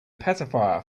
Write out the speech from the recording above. pacifier